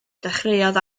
dechreuodd